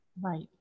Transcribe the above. right